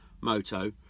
moto